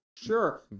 Sure